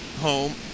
home